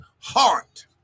heart